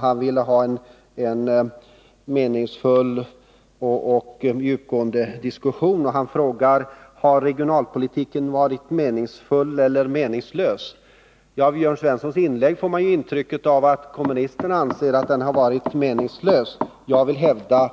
Han vill ha en meningsfull och djupgående diskussion, och han frågar: Har regionalpolitiken varit meningsfull eller meningslös? Ja, av Jörn Svenssons inlägg får man ju intrycket att kommunisterna anser att den har varit meningslös. Jag vill hävda